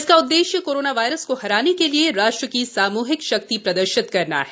इसका उद्देश्य corona virus को हराने के लिए राष्ट्र की सामूहिक शक्ति प्रदर्शित करना है